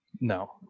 No